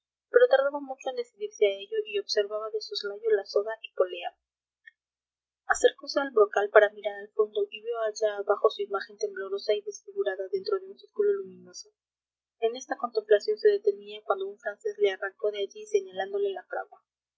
pero tardaba mucho en decidirse a ello y observaba de soslayo la soga y polea acercose al brocal para mirar al fondo y vio allá abajo su imagen temblorosa y desfigurada dentro de un círculo luminoso en esta contemplación se detenía cuando un francés le arrancó de allí señalándole la fragua